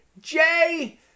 Jay